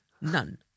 none